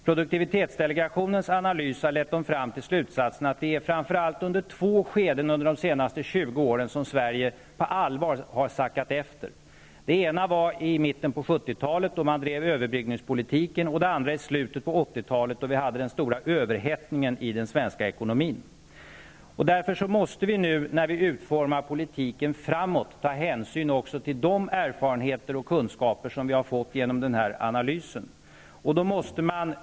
Produktivitetsdelegationens analys har lett fram till slutsatsen att det framför allt är under två skeden under de senaste 20 åren som Sverige på allvar har sackat efter. Det ena var i mitten på 70-talet, då man drev överbryggningspolitiken. Det andra var i slutet på 80-talet, då vi hade den stora överhettningen i den svenska ekonomin. Därför måste vi nu, när vi utformar politiken framöver, ta hänsyn också till de erfarenheter och kunskaper som vi har fått genom denna analys.